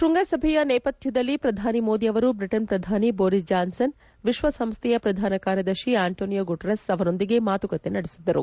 ಶೃಂಗಸಭೆಯ ನೇಪಥ್ಯದಲ್ಲಿ ಪ್ರಧಾನಿ ಮೋದಿ ಅವರು ಬ್ರಿಟನ್ ಪ್ರಧಾನಿ ಬೋರಿಸ್ ಜಾನ್ಲನ್ ವಿಶ್ವಸಂಸ್ಠೆಯ ಪ್ರಧಾನ ಕಾರ್ಯದರ್ಶಿ ಆಂಟೊನಿಯೊ ಗುಟಾರೆಸ್ ಅವರೊಂದಿಗೆ ಮಾತುಕತೆ ನಡೆಸಿದರು